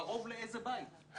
קרוב לאיזה בית?